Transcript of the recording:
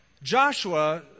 Joshua